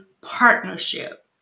partnership